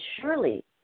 surely